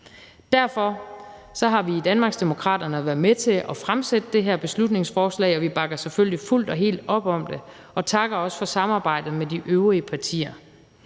Derfor har vi i Danmarksdemokraterne været med til at fremsætte det her beslutningsforslag, og vi bakker selvfølgelig fuldt og helt op om det og takker også for samarbejdet med de øvrige partier.